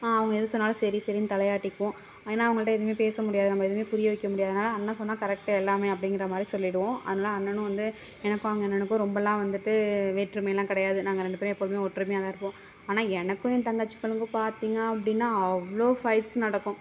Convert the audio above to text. அவங்க எது சொன்னாலும் சரி சரின்னு தலையாட்டிக்குவோம் ஏன்னால் அவங்கள்ட்ட எதுவுமே பேச முடியாது நம்ம எதுவுமே புரிய வைக்க முடியாது அதனால் அண்ணா சொன்னால் கரெக்ட்டு எல்லாமே அப்படிங்கிற மாதிரி சொல்லிவிடுவோம் அதனால் அண்ணனும் வந்து எனக்கும் எங்கள் அண்ணனுக்கும் ரொம்பெலாம் வந்துட்டு வேற்றுமையெலாம் கிடையாது நாங்கள் ரெண்டு பேரும் எப்போதுமே ஒற்றுமையாக தான் இருப்போம் ஆனால் எனக்கும் என் தங்கச்சிகளுக்கும் பார்த்தீங்க அப்படினா அவ்வளோ ஃபைட்ஸ் நடக்கும்